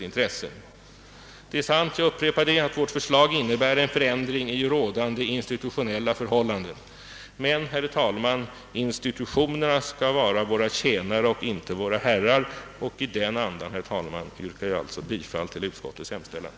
Jag upp repar att det är sant att vårt förslag innebär en förändring av rådande institutionella förhållanden, men, herr talman, institutionerna skall vara våra tjänare och inte våra herrar och det är i denna anda, hoppas jag, som beslutet om inrättandet av investeringsbanken kommer att fattas.